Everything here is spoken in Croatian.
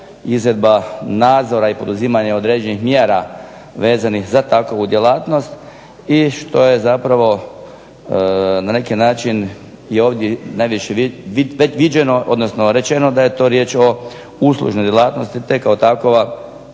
izvedba nadzora i poduzimanje određenih mjera vezanih za takovu djelatnost i što je zapravo na neki način i ovdje najviše viđeno odnosno rečeno da je to riječ o uslužnoj djelatnosti te kao takova